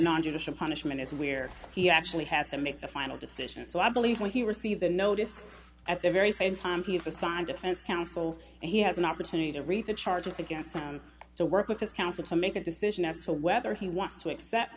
judicial punishment is where he actually has to make the final decision so i believe he received the notice at the very same time he is assigned defense counsel and he has an opportunity to read the charges against him to work with his counsel to make a decision as to whether he wants to accept